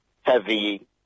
heavy